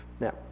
Now